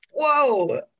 Whoa